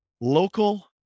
Local